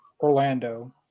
Orlando